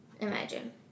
imagine